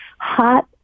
hot